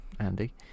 Andy